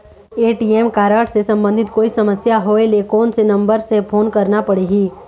ATM card से संबंधित कोई समस्या होय ले, कोन से नंबर से फोन करना पढ़ही?